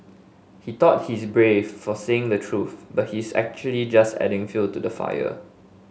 he thought he's brave for saying the truth but his actually just adding fuel to the fire